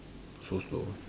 so slow